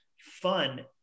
fun